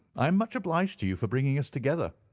i am much obliged to you for bringing us together.